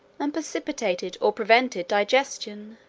and precipitated or prevented digestion